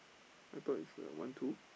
I thought it's (uh)one two